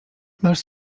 masz